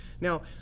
Now